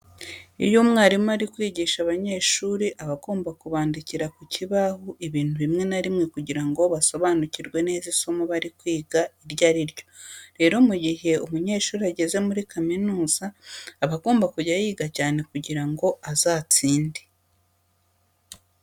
Iyo umwarimu ari kwigisha abanyeshuri aba agomba kubandikira ku kibaho ibintu bimwe na bimwe kugira ngo basobanukirwe neza isomo bari kwiga iryo ari ryo. Rero mu gihe umunyeshuri ageze muri kaminuza aba agomba kujya yiga cyane kugira ngo azatsinde.